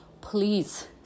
Please